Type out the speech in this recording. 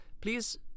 please